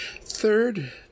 Third